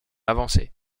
avancée